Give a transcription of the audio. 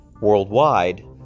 worldwide